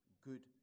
good